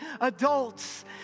adults